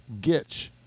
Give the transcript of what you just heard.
Gitch